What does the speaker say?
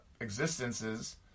existences